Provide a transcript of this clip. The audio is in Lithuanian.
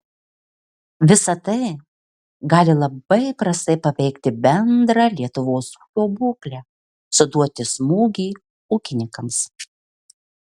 visa tai gali labai prastai paveikti bendrą lietuvos ūkio būklę suduoti smūgį ūkininkams